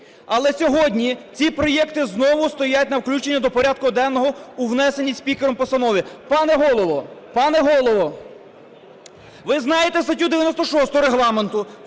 Але сьогодні ці проекти знову стоять на включення до порядку денного у внесеній спікером постанові. Пане Голово! Пане Голово, ви знаєте статтю 96 Регламенту: